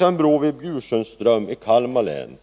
En bro vid Bjursunds ström i Kalmar län.